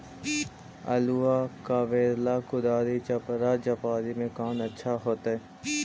आलुआ कबारेला कुदारी, चपरा, चपारी में से सबसे अच्छा कौन होतई?